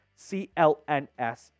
clns